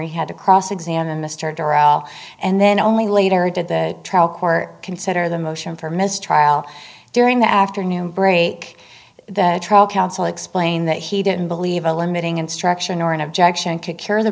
he had to cross examine mr doral and then only later did the trial court consider the motion for mistrial during the afternoon break the trial counsel explain that he didn't believe a limiting instruction or an objection could cure the